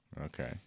Okay